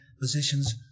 positions